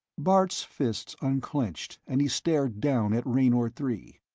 bart's fists unclenched and he stared down at raynor three,